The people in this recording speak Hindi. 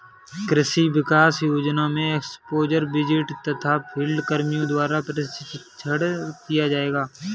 कृषि विकास योजना में एक्स्पोज़र विजिट तथा फील्ड कर्मियों द्वारा प्रशिक्षण किया जाएगा